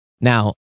Now